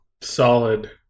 Solid